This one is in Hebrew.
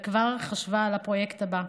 וכבר חשבה על הפרויקט הבא.